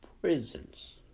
prisons